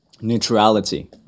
neutrality